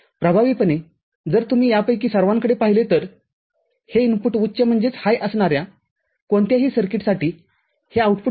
प्रभावीपणे जर तुम्ही यापैकी सर्वांकडे पाहिले तर हे इनपुटउच्च असणाऱ्या कोणत्याही सर्किटसाठीहे आउटपुट कमी आहे